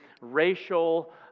racial